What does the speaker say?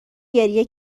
گریه